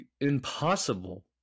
impossible